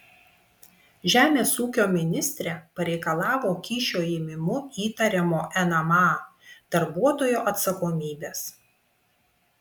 žemės ūkio ministrė pareikalavo kyšio ėmimu įtariamo nma darbuotojo atsakomybės